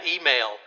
email